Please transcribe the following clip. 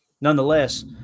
nonetheless